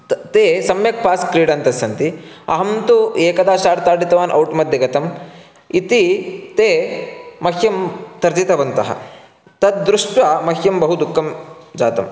त् ते सम्यक् पास् क्रीडन्तस्सन्ति अहं तु एकदा शाट् ताडितवान् औट् मध्ये गतम् इति ते मह्यं तर्जितवन्तः तद् दृष्ट्वा मह्यं बहु दुःखं जातं